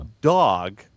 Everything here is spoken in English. dog